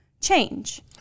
change